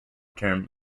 term